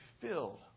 filled